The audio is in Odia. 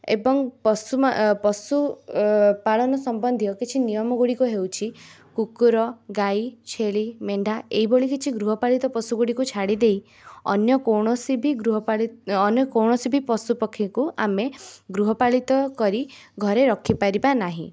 ଏବଂ ପଶୁ ପଶୁପାଳନ ସମ୍ବନ୍ଧୀୟ କିଛି ନିୟମ ଗୁଡ଼ିକ ହେଉଛି କୁକୁର ଗାଈ ଛେଳି ମେଣ୍ଢା ଏଇଭଳି କିଛି ଗୃହପାଳିତ ପଶୁଗୁଡ଼ିକୁ ଛାଡ଼ି ଦେଇ ଅନ୍ୟକୌଣସି ବି ଗୃହପାଳିତ ଅନ୍ୟକୌଣସି ବି ପଶୁପକ୍ଷୀକୁ ଆମେ ଗୃହପାଳିତ କରି ଘରେ ରଖିପାରିବାନାହିଁ